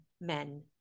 men